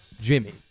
Jimmy